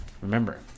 remember